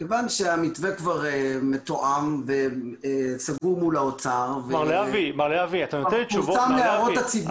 מכיוון שהמתווה כבר מתואם וסגור מול האוצר וכבר פורסם להערות הציבור.